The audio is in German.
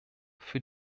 für